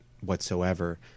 whatsoever